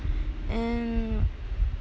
and